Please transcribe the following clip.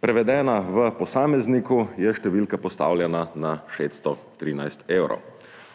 Prevedena v posamezniku, je številka postavljena na 613 evrov.